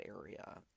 area